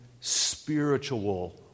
spiritual